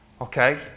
okay